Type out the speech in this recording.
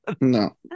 no